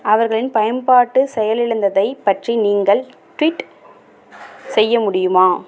அவர்களின் பயன்பாடு செயலிழந்ததைப் பற்றி நீங்கள் ட்வீட் செய்ய முடியுமா